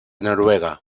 noruega